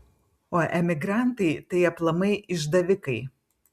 o emigrantai tai aplamai išdavikai